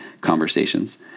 conversations